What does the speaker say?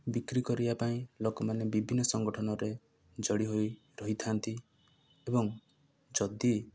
ବିକ୍ରି କରିବା ପାଇଁ ଲୋକମାନେ ବିଭିନ୍ନ ସଂଗଠନରେ ଯୋଡ଼ିହୋଇ ରହିଥାନ୍ତି ଏବଂ ଯଦି